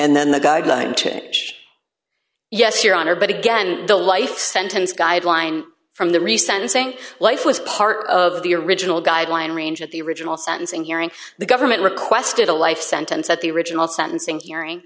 and then the guideline to yes your honor but again the life sentence guideline from the re sentencing life was part of the original guideline range at the original sentencing hearing the government requested a life sentence at the original sentencing hearing